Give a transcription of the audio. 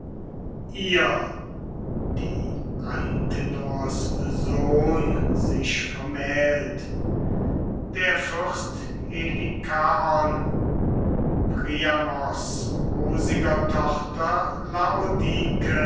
ihr die antenors sohn sich vermählt der fürst helikaon priamos rosiger tochter